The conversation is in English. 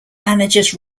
managers